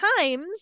times